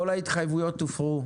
כל ההתחייבויות הופרו.